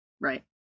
Right